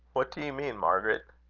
what do you mean, margaret?